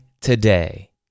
today